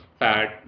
fat